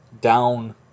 down